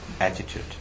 attitude